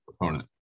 opponent